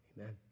Amen